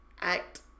act